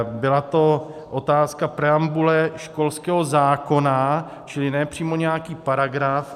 Byla to otázka preambule školského zákona, čili ne přímo nějaký paragraf.